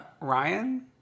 Ryan